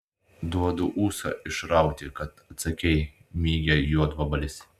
duodu ūsą išrauti kad atsakei mygia juodvabalis